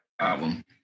album